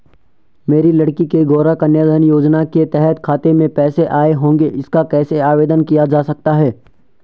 मेरी लड़की के गौंरा कन्याधन योजना के तहत खाते में पैसे आए होंगे इसका कैसे आवेदन किया जा सकता है?